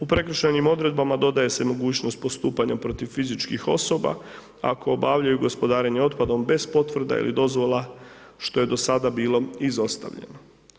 U prekršajnim odredbama dodaje se mogućnost postupanja protiv fizičkih osoba ako obavljaju gospodarenje otpadom bez potvrda ili dozvola, što je do sada bilo izostavljeno.